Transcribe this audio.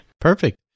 Perfect